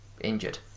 injured